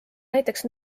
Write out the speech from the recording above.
näiteks